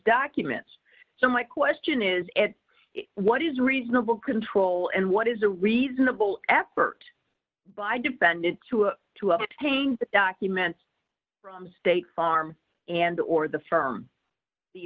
documents so my question is what is reasonable control and what is a reasonable effort by defendant to to obtain the documents from state farm and or the firm the